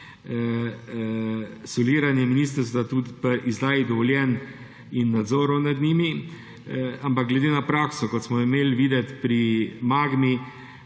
soliranje ministrstva tudi pri izdaji dovoljenj in nadzoru nad njimi. Ampak glede na prakso, kot smo jo videli pri Magni,